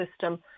system